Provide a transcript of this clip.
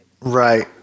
Right